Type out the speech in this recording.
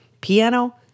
Piano